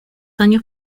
años